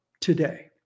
Today